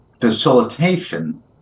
facilitation